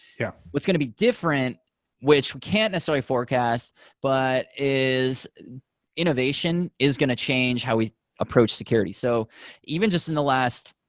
yeah what's going to be different which we can't necessarily forecast but is innovation is going to change how we approach security. so even just in the last,